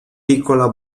piccola